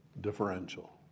differential